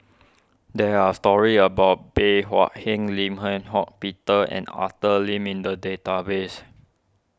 there are stories about Bey Hua Heng Lim Eng Hock Peter and Arthur Lim in the database